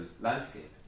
landscape